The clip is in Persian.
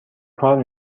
کار